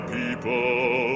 people